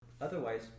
otherwise